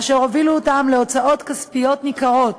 אשר הובילו אותם להוצאות כספיות ניכרות